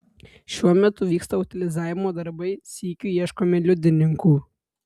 šiuo metu vyksta utilizavimo darbai sykiu ieškome liudininkų